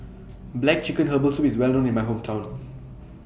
Black Chicken Herbal Soup IS Well known in My Hometown